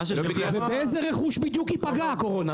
איזה רכוש ייפגע בקורונה?